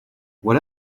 what